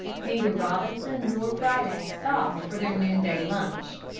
neither robinson nor friday stopped for their noonday lunch.